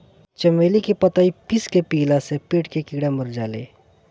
चमेली के पतइ पीस के पियला से पेट के कीड़ा मर जाले